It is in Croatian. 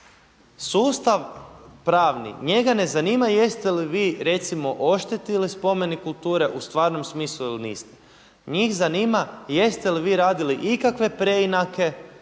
sustav pravni, njega ne zanima jeste li vi recimo oštetili spomenik kulture u stvarnom smislu ili niste. Njih zanima jeste li vi radili ikakve preinake